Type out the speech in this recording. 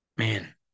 Man